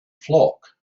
flock